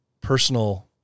personal